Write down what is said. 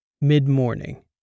Mid-Morning